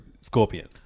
Scorpion